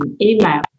email